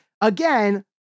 again